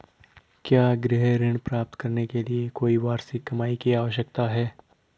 क्या गृह ऋण प्राप्त करने के लिए कोई वार्षिक कमाई की आवश्यकता है?